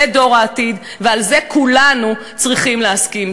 זה דור העתיד, ועל זה כולנו צריכים להסכים.